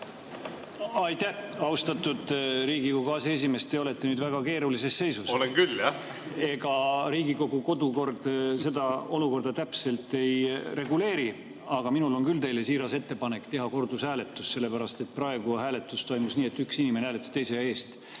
Aitäh, austatud Riigikogu aseesimees! Te olete nüüd väga keerulises seisus. Olen küll, jah. Olen küll, jah. Ega Riigikogu kodukord seda olukorda täpselt ei reguleeri, aga minul on küll teile siiras ettepanek teha kordushääletus, sellepärast et praegu toimus hääletus nii, et üks inimene hääletas teise eest,